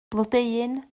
blodeuyn